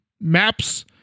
maps